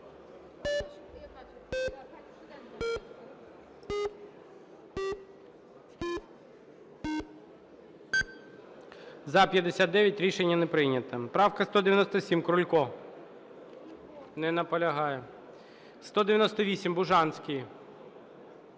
За-59 Рішення не прийнято. Правка 197, Крулько. Не наполягає. 198-а, Бужанський.